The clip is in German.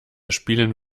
spielen